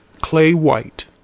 clay-white